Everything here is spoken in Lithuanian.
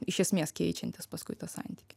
iš esmės keičiantis paskui tą santykį